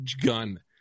gun